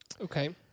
Okay